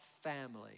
family